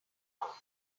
north